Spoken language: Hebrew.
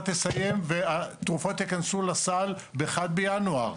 תסיים והתרופות ייכנסו לסל ב-1 בינואר.